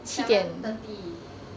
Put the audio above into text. seven thirty